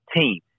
team